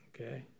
Okay